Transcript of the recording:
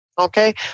Okay